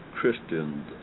Christians